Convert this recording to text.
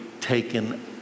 taken